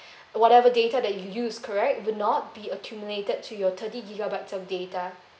whatever data that you use correct would not be accumulated to your thirty gigabytes of data